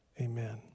amen